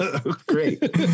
great